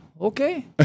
Okay